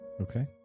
Okay